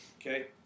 Okay